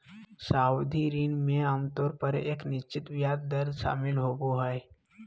सावधि ऋण में आमतौर पर एक अनिश्चित ब्याज दर शामिल होबो हइ